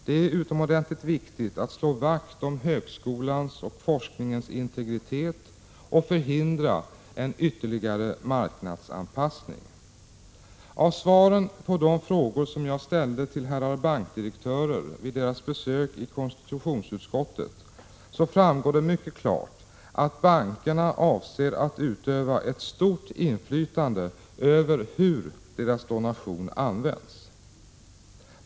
Det är utomordentligt viktigt att slå vakt om högskolans och forskningens integritet och förhindra en ytterligare marknadsanpassning. Av svaren på de frågor som jag ställde till herrar bankdirektörer vid deras besök i konstitutionsutskottet framgår mycket klart att bankerna avser att utöva ett stort inflytande över hur deras donation används.